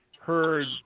heard